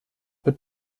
but